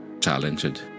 talented